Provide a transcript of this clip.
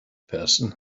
person